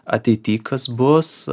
ateity kas bus